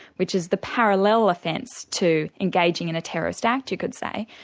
which is the parallel offence to engaging in a terrorist act, you could say,